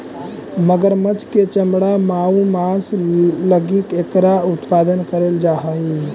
मगरमच्छ के चमड़ा आउ मांस लगी एकरा उत्पादन कैल जा हइ